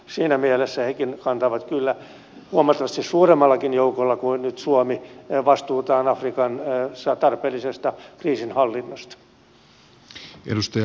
siinä mielessä hekin kantavat kyllä huomattavasti suuremmallakin joukolla kuin nyt suomi vastuutaan afrikassa tarpeellisesta kriisinhallinnasta